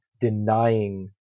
denying